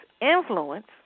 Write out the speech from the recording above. influence